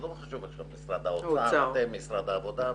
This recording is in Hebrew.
משרד העבודה,